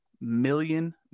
million